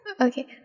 Okay